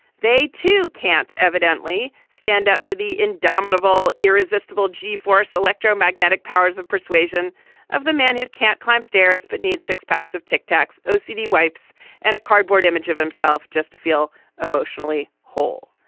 they too can't evidently stand up to the indomitable irresistible g force electromagnetic powers of persuasion of the man who can't climb stairs but need six packs of tic tacs ah ocd wipes and a cardboard image of himself just to feel emotionally whole.